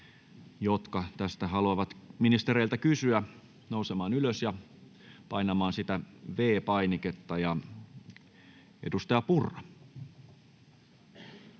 jotka tästä haluavat ministereiltä kysyä, nousemaan ylös ja painamaan V-painiketta. — Edustaja Purra.